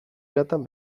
latan